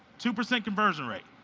two percent conversion rate.